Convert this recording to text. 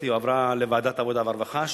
היא הועברה לוועדת העבודה והרווחה,